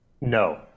No